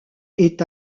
est